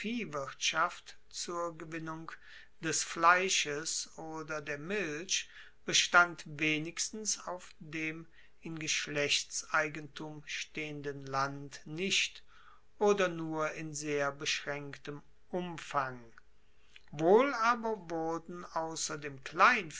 viehwirtschaft zur gewinnung des fleisches oder der milch bestand wenigstens auf dem in geschlechtseigentum stehenden land nicht oder nur in sehr beschraenktem umfang wohl aber wurden ausser dem